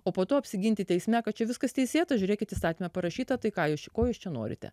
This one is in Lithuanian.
o po to apsiginti teisme kad čia viskas teisėta žiūrėkit įstatyme parašyta tai ką jūs ko jūs čia norite